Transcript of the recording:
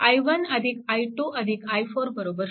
i1 i2 i4 0